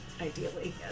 ideally